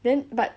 then but